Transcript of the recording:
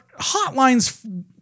hotlines